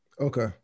Okay